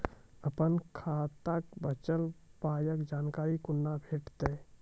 अपन खाताक बचल पायक जानकारी कूना भेटतै?